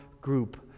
group